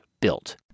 built